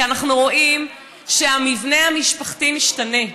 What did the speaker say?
כי אנחנו רואים שהמבנה המשפחתי משתנה,